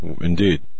Indeed